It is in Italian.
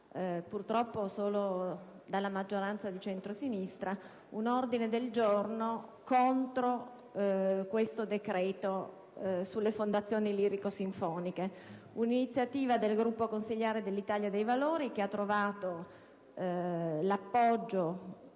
purtroppo solo dalla maggioranza di centrosinistra, un ordine del giorno contro questo decreto sulle fondazioni lirico-sinfoniche: un'iniziativa del gruppo consiliare dell'Italia dei Valori che ha trovato l'appoggio